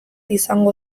izango